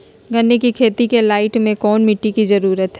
गन्ने की खेती के लाइट कौन मिट्टी की जरूरत है?